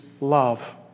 love